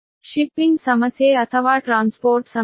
shipping ಸಮಸ್ಯೆ ಅಥವಾ transportation ಸಮಸ್ಯೆ